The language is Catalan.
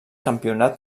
campionat